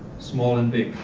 small and big.